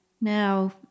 Now